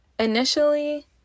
Initially